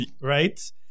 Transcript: right